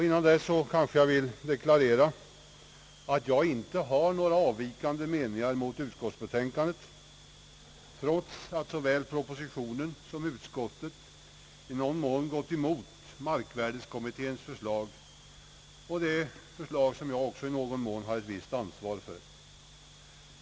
Först skall jag deklarera att jag inte har några avvikande meningar från utskottets betänkande, trots att såväl propositionen som utskottet i någon mån gått emot markvärdekommitténs förslag, vilket även jag till viss del har ansvar för.